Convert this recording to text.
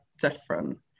different